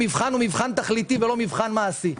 המבחן הוא מבחן תכליתי ולא מבחן מעשי,